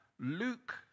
Luke